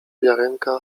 wiarenka